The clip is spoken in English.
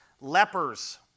lepers